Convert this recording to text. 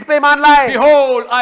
Behold